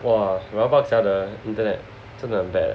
!wah! rabak sia the internet 真的很 bad